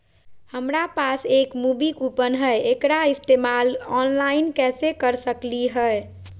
हमरा पास एक मूवी कूपन हई, एकरा इस्तेमाल ऑनलाइन कैसे कर सकली हई?